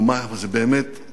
אבל זה באמת די חריג.